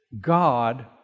God